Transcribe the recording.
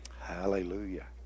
Hallelujah